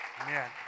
Amen